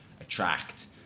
attract